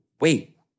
wait